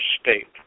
state